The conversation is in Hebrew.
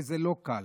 וזה לא קל.